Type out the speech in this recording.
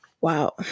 wow